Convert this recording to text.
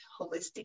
holistic